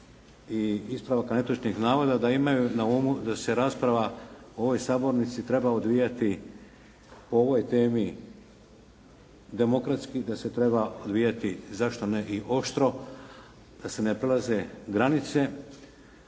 i ispravaka netočnih navoda da imaju na umu da se rasprava u ovoj sabornici treba odvijati o ovoj temi demokratski, da se treba odvijati zašto ne i oštro, da se ne prelaze granice,